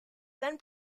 then